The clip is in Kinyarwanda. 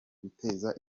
guteza